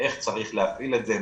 איך צריך להפעיל את זה,